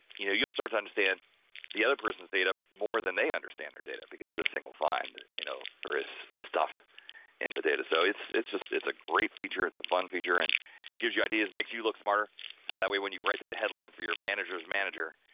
you know you'll start to understand the other person's data more than they understand their data because this thing will find, you know, there is stuff in the data so, it's, it's just, it's a great feature, it's a fun feature and gives you ideas, makes you look smarter and that way when you write that headline for your manager's manager,